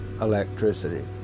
electricity